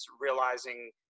realizing